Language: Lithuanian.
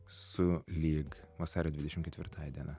su lyg vasario dvidešim ketvirtąja diena